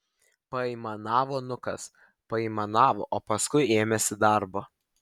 paaimanavo nukas paaimanavo o paskui ėmėsi darbo